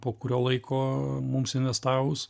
po kurio laiko mums investavus